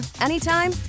anytime